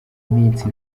minsi